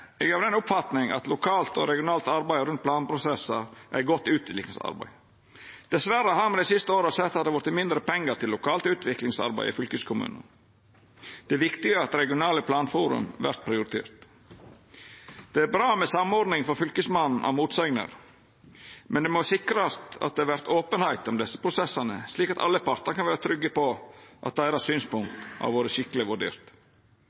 Eg er av den oppfatninga at lokalt og regionalt arbeid rundt planprosessar er godt utviklingsarbeid. Dessverre har me dei siste åra sett at det har vorte mindre pengar til lokalt utviklingsarbeid i fylkeskommunane. Det er viktig at regionale planforum vert prioriterte. Det er bra med samordning frå fylkesmannen av motsegner, men ein må sikra at det vert openheit om desse prosessane, slik at alle partar kan vera trygge på at deira